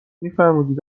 دانشگاهمی